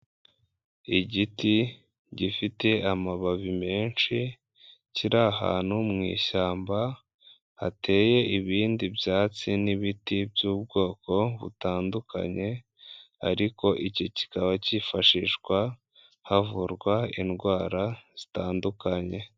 Igiti gifite amababi menshi kiri ahantu mu ishyamba; hateye ibindi byatsi n'ibiti by'ubwoko butandukanye; ariko iki kikaba cyifashishwa havurwa indwara zitandukanye.